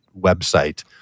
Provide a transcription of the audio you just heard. website